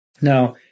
Now